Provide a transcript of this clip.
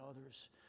others